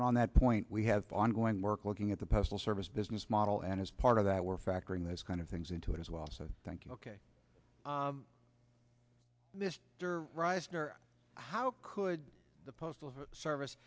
on that point we have ongoing work looking at the postal service business model and as part of that we're factoring those kind of things into it as well so thank you how could the postal service